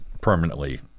permanently